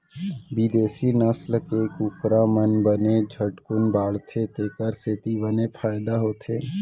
बिदेसी नसल के कुकरा मन बने झटकुन बाढ़थें तेकर सेती बने फायदा होथे